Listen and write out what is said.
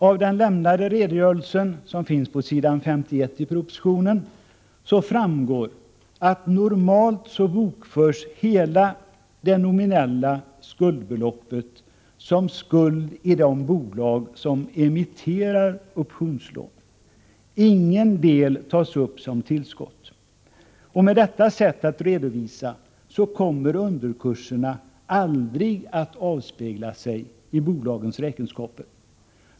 Av den lämnade redogörelsen, som finns på s. 51 i propositionen, framgår att hela det nominella skuldbeloppet normalt bokförs som skuld i de bolag som emitterar optionslån och ingen del tas upp som tillskott. Med detta sätt att redovisa kommer underkursen aldrig att avspeglas i bolagens räkenskaper.